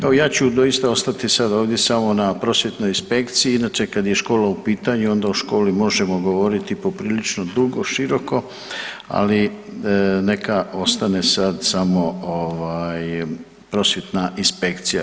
Evo, ja ću doista ostati sad ovdje samo na prosvjetnoj inspekciji, inače, kad je škola u pitanju, onda o školi možemo govoriti poprilično dugo, široko, ali neka ostane sad samo ovaj, prosvjetna inspekcija.